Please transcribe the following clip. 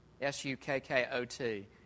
S-U-K-K-O-T